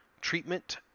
treatment